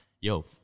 yo